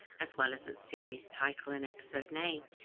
as well as a series title and episode name,